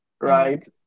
right